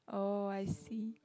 oh I see